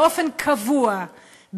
באופן קבוע,